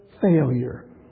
failure